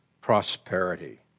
prosperity